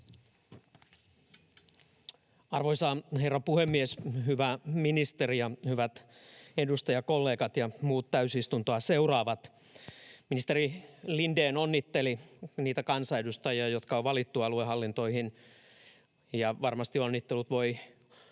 Arvoisa herra puhemies! Hyvä ministeri ja hyvät edustajakollegat ja muut täysistuntoa seuraavat! Ministeri Lindén onnitteli niitä kansanedustajia, jotka on valittu aluehallintoihin, ja varmasti onnittelut voi